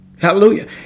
Hallelujah